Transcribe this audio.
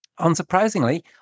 Unsurprisingly